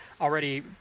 already